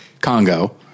Congo